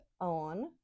on